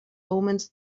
omens